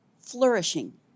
flourishing